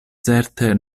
certe